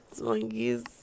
monkeys